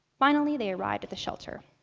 finally, they arrived at the shelter.